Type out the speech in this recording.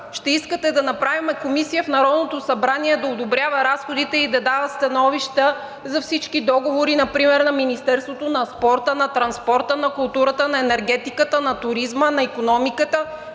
ще искате да направим комисия в Народното събрание да одобрява разходите и да дава становища за всички договори, например на Министерството на спорта, на транспорта, на културата, на енергетиката, на туризма, на икономиката.